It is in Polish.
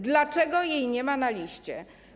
Dlaczego jej nie ma na liście?